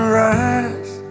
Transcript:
rise